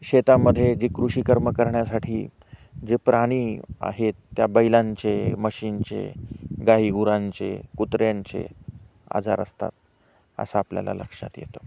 शेतामध्ये जे कृषी कर्म करण्यासाठी जे प्राणी आहेत त्या बैलांचे म्हशीचे गाईगुरांचे कुत्र्यांचे आजार असतात असं आपल्याला लक्षात येतं